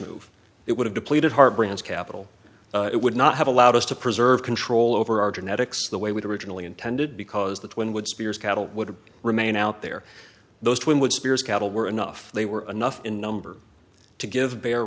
move it would have depleted hard bran's capital it would not have allowed us to preserve control over our genetics the way with originally intended because the twin would spears cattle would remain out there those twin would spears cattle were enough they were enough in number to give